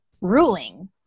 ruling